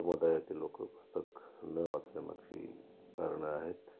समुदायातील लोकं पुस्तक न वाचण्यामागची कारणं आहेत